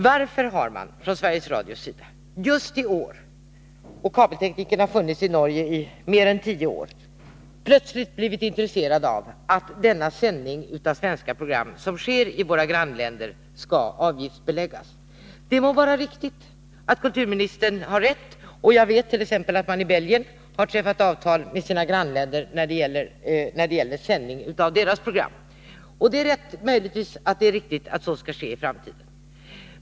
Varför har Sveriges Radio just i år — kabeltekniken har funnits i Norge i mer än tio år — plötsligt blivit intresserat av att den sändning av svenska program som sker i våra grannländer skall avgiftsbeläggas? Kulturministern må ha rätt. Jag vet att t.ex. Belgien har träffat avtal med sina grannländer om sändning av belgiska program. Det är möjligtvis riktigt att man skall förfara så i framtiden.